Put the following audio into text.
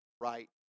right